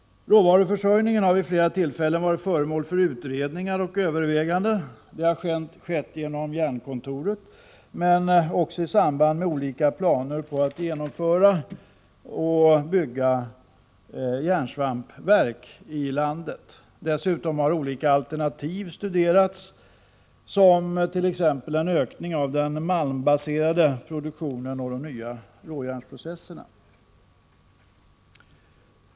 Råvaruförsörjningen har vid flera tillfällen varit föremål för utredningar och överväganden. Det har skett genom Jernkontoret men också i samband med olika planer på att genomföra och bygga järnsvampsverk i landet. Dessutom har olika alternativ studerats, t.ex. en ökning av den malmbaserade produktionen och de nya råjärnsprocesserna.